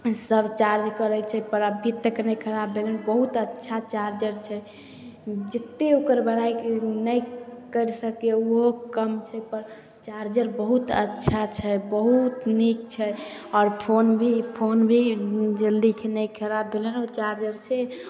सब चार्ज करै छै पर अभी तक नहि खराप भेलै हन बहुत अच्छा चार्जर छै जेत्ते ओकर बड़ाय नही करि सकियौ ओहो कम छै पर चार्जर बहुत अच्छा छै बहुत नीक छै और फोन भी फोन भी जल्दी से नहि खराब भेलै हन ओ चार्जर से